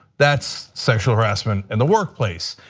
that's sexual harassment in the workplace.